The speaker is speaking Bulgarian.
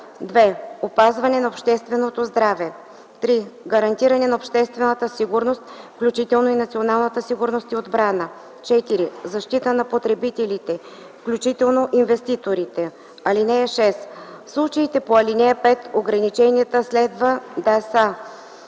2. опазване на общественото здраве; 3. гарантиране на обществената сигурност, включително и на националната сигурност и отбрана; 4. защита на потребителите, включително инвеститорите. (6) В случаите по ал. 5 ограниченията следва да